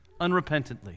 unrepentantly